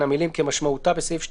המילים "כמשמעותה בסעיף 2(ג)